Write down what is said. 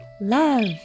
love